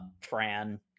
Fran